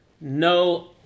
no